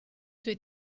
suoi